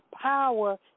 power